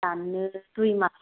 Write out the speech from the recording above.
दाननो दुइ मास